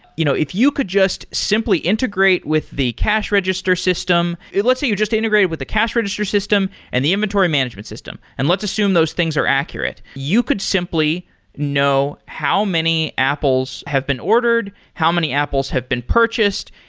you know if you could just simply integrate with the cash register system. let's say you just integrated with the cash register system and the inventory management system. and let's assume those things are accurate. you could simply know how many apples have been ordered. how many apples have been purchased,